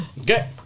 Okay